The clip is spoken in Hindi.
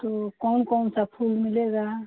तो कौन कौन सा फूल मिलेगा